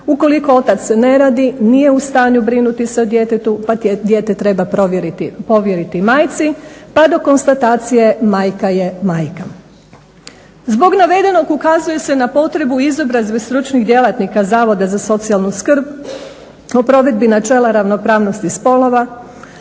Ukoliko otac ne radi, nije u stanju brinuti se o djetetu pa dijete treba povjeriti majci, pa do konstatacije "Majka je majka". Zbog navedenog ukazuje se na potrebu izobrazbe stručnih djelatnika Zavoda za socijalnu skrb o provedbi načela ravnopravnosti spolova,